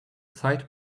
side